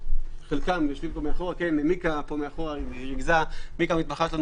חלקם ישובים פה מאחור מיקה המתמחה שלנו